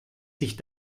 sich